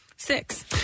Six